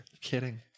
Kidding